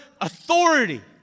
Authority